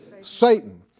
Satan